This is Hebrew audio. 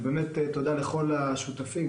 תודה גם לכל השותפים,